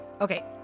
Okay